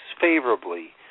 favorably